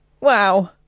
Wow